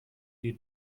die